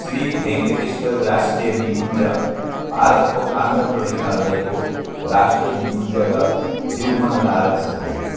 श्री भेङ्कटेश्वर राष्ट्रिय निकुञ्ज भारतको आन्ध्र प्रदेशमा रहेको राष्ट्रिय निकुञ्ज र जीवमण्डल आरक्ष हो